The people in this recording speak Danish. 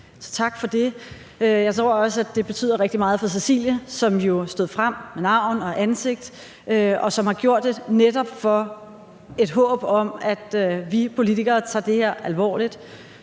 tak for det. Jeg tror også, at det betyder rigtig meget for Cecilie, som jo stod frem med navn og ansigt, og som har gjort det netop i et håb om, at vi politikere tager det her alvorligt